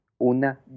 una